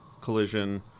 collision